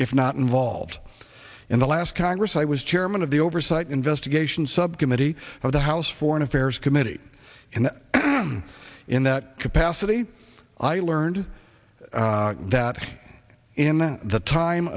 if not involved in the last congress i was chairman of the oversight investigation subcommittee of the house foreign affairs committee and in that capacity i learned that in the time